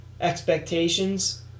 Expectations